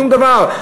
שום דבר.